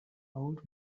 old